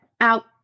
out